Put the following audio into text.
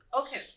okay